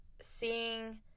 seeing